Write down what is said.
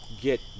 get